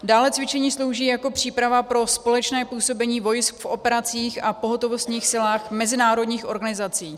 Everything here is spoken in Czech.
Dále cvičení slouží jako příprava pro společné působení vojsk v operacích a pohotovostních silách mezinárodních organizací.